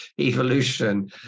evolution